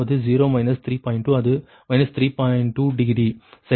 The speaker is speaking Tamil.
2 டிகிரி சரியா